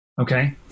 Okay